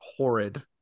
Horrid